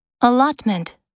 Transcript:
Allotment